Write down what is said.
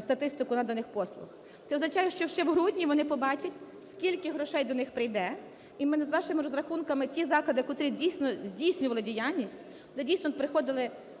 статистику наданих послуг. Це означає, що ще в грудні вони побачать, скільки грошей до них прийде. І за нашими розрахунками, ті заклади, котрі дійсно здійснювали діяльність, де дійсно приходили